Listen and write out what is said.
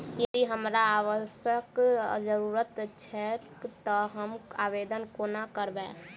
यदि हमरा आवासक जरुरत छैक तऽ हम आवेदन कोना करबै?